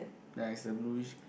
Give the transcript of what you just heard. nice the bluish